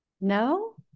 No